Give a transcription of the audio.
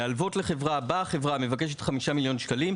כשבאה חברה ומבקשת 5 מיליון ₪,